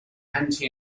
anti